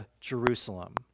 Jerusalem